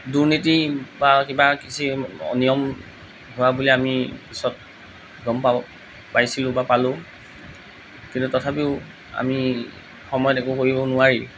দুৰ্নীতি বা কিবা যি অনিয়ম হোৱা বুলি আমি পিছত গম পাওঁ পাইছিলোঁ বা পালোঁ কিন্তু তথাপিও আমি সময়ত একো কৰিব নোৱাৰি